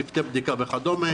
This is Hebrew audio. צוותי בדיקה וכדומה,